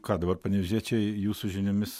ką dabar panevėžiečiai jūsų žiniomis